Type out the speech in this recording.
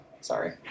Sorry